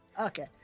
Okay